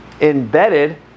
embedded